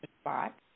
spot